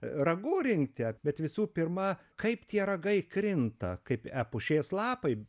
ragų rinkti ar bet visų pirma kaip tie ragai krinta kaip epušės lapai